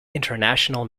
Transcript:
international